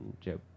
Joe